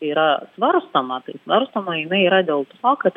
yra svarstoma tai svarstoma jinai yra dėl to kad